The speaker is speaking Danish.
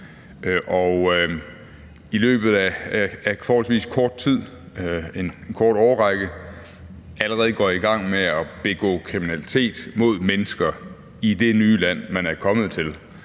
i løbet af forholdsvis kort tid, en kort årrække, allerede går i gang med at begå kriminalitet mod mennesker i det nye land, man er kommet til,